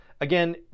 again